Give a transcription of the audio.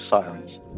sirens